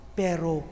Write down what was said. pero